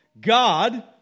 God